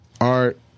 Art